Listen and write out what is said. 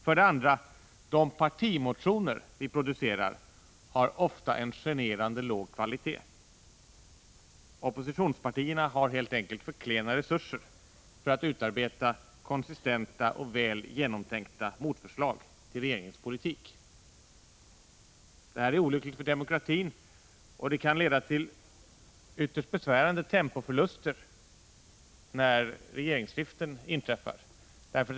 För det andra: De partimotioner som vi producerar har ofta en generande låg kvalitet. Oppositionspartierna har helt enkelt för klena resurser för att utarbeta konsistenta och väl genomtänkta motförslag till regeringens politik. Detta är olyckligt för demokratin, och det kan leda till ytterst besvärande tempoförluster när regeringsskiften inträffar.